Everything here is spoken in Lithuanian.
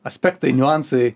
aspektai niuansai